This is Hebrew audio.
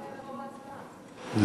אנחנו מסכימים, אפשר לעבור להצבעה.